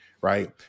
right